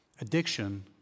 Addiction